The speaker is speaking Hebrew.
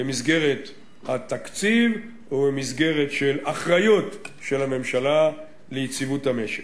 במסגרת התקציב ובמסגרת של אחריות הממשלה ליציבות המשק.